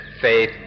faith